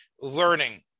Learning